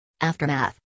Aftermath